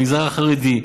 מהמגזר החרדי,